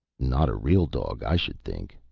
not a real dog, i should think.